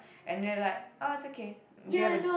and they are like orh it's okay they have a